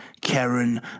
Karen